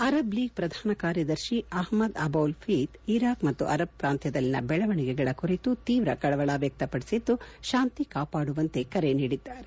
Arab League ಪ್ರಧಾನ ಕಾರ್ಯದರ್ಶಿ Ahmed Aboul Gheit Iraq ಮತ್ತು ಅರಬ್ ಪ್ರಾಂತ್ನದಲ್ಲಿನ ಬೆಳವಣಿಗೆಗಳ ಕುರಿತು ತೀವ್ರ ಕಳವಳ ವ್ಯಕ್ತಪಡಿಸಿದ್ದು ಶಾಂತಿ ಕಾಪಾಡುವಂತೆ ಕರೆ ನೀಡಿದ್ದಾರೆ